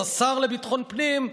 אז השר לביטחון פנים,